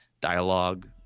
dialogue